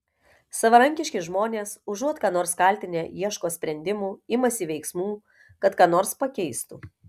savarankiški žmonės užuot ką nors kaltinę ieško sprendimų imasi veiksmų kad ką nors pakeistų